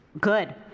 Good